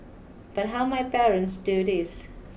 but how might parents do this